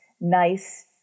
nice